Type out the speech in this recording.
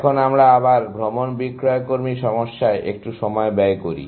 এখন আমরা আবার ভ্রমণ বিক্রয়কর্মী সমস্যায় একটু সময় ব্যয় করি